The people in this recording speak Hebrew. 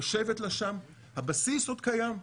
יושבת לה שם, הבסיס עוד קיים.